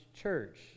church